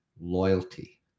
loyalty